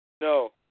No